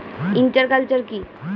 Inter culture কি?